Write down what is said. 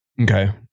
Okay